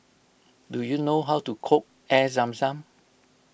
do you know how to cook Air Zam Zam